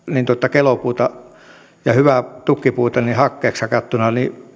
kelopuuta ja hyvää tukkipuuta hakkeeksi hakattuna